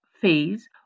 fees